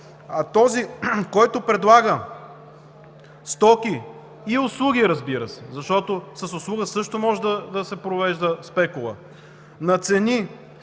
А този, който предлага стоки и услуги, разбира се, защото с услуга също може да се провежда спекула – на